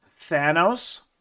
Thanos